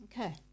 Okay